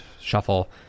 shuffle